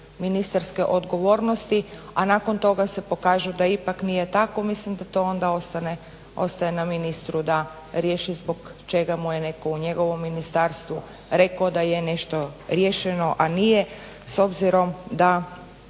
ministarske odgovornosti, a nakon toga se pokažu da ipak nije tako, mislim da to onda ostaje na ministru da riješi zbog čega mu je netko u njegovo ministarstvu reko da je nešto riješeno, a nije s obzirom da